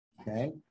okay